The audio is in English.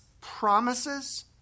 promises